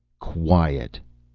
quiet!